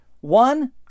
One